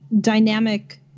dynamic